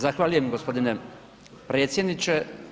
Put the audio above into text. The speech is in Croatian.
Zahvaljujem g. predsjedniče.